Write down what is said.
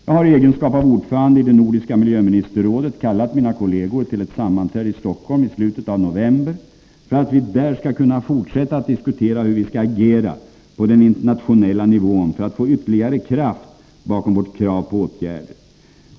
Jag har i egenskap av ordförande i det nordiska miljöministerrådet kallat mina kolleger till ett sammanträde i Stockholm i slutet av november för att vi där skall kunna fortsätta att diskutera hur vi skall agera på den internationella nivån för att få ytterligare kraft bakom vårt krav på åtgärder.